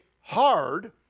hard